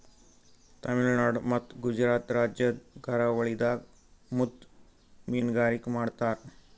ತಮಿಳುನಾಡ್ ಮತ್ತ್ ಗುಜರಾತ್ ರಾಜ್ಯದ್ ಕರಾವಳಿದಾಗ್ ಮುತ್ತ್ ಮೀನ್ಗಾರಿಕೆ ಮಾಡ್ತರ್